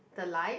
the light